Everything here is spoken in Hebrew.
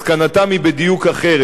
מסקנתם היא בדיוק אחרת.